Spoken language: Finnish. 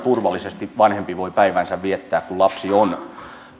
turvallisesti vanhempi voi päiväänsä viettää kun lapsi on